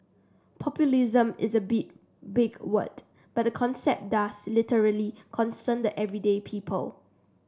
populism is a big big word but the concept does literally concern the everyday people